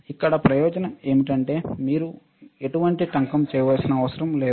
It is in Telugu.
ఇక్కడ ప్రయోజనం ఏమిటంటే మీరు ఎటువంటి టంకం చేయవలసిన అవసరం లేదు